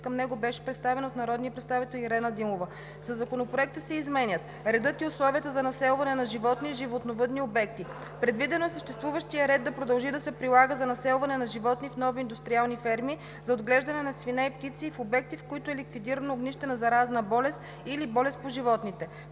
към него бяха представени от народния представител Ирена Димова. Със Законопроекта се изменят редът и условията за населване на животни в животновъдни обекти. Предвидено е съществуващият ред да продължи да се прилага за населване на животни в нови индустриални ферми за отглеждане на свине и птици в обекти, в които е ликвидирано огнище на заразна болест или болест по животните.